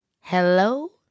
Hello